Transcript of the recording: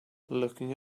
looking